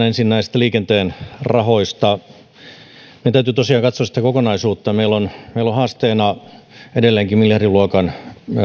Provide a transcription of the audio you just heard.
ensin näistä liikenteen rahoista meidän täytyy tosiaan katsoa sitä kokonaisuutta meillä on meillä on haasteena edelleenkin miljardiluokan